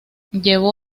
llevó